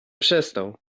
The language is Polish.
przestał